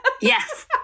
Yes